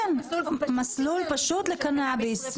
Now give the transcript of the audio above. מסלול פשוט לקנאביס.